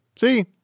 See